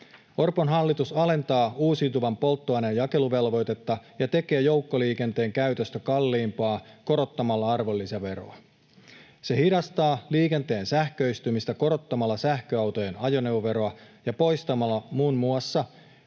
Orpon hallitus alentaa uusiutuvan polttoaineen jakeluvelvoitetta ja tekee joukkoliikenteen käytöstä kalliimpaa korottamalla arvonlisäveroa. Se hidastaa liikenteen sähköistymistä korottamalla sähköautojen ajoneuvoveroa ja poistamalla muun muassa